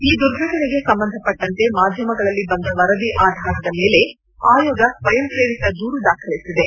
ಈ ದುರ್ಘಟನೆಗೆ ಸಂಬಂಧಪಟ್ಟಂತೆ ಮಾಧ್ಯಮಗಳಲ್ಲಿ ಬಂದ ವರದಿ ಆಧಾರದ ಮೇಲೆ ಆಯೋಗ ಸ್ವಯಂಪ್ರೇರಿತ ದೂರು ದಾಖಲಿಸಿದೆ